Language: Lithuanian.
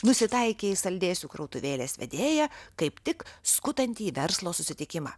nusitaikė į saldėsių krautuvėlės vedėją kaip tik skutantį verslo susitikimą